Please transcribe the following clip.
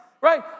right